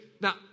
now